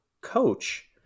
coach